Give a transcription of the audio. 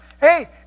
hey